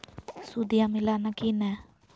सुदिया मिलाना की नय?